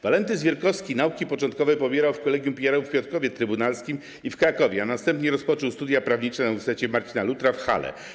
Walenty Zwierkowski nauki początkowe pobierał w Kolegium Pijarów w Piotrkowie Trybunalskim i w Krakowie, a następnie rozpoczął studia prawnicze na Uniwersytecie Marcina Lutra w Halle.